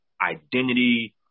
identity